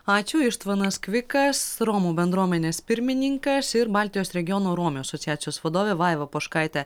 ačiū ištvanas kvikas romų bendruomenės pirmininkas ir baltijos regiono romių asociacijos vadovė vaiva poškaitė